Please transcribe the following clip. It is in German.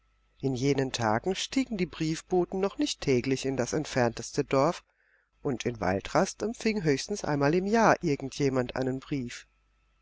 in jenen tagen stiegen die briefboten noch nicht täglich in das entfernteste dorf und in waldrast empfing höchstens einmal im jahr irgend jemand einen brief